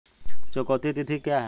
चुकौती तिथि क्या है?